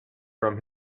from